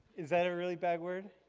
is that a really bad word?